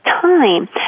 time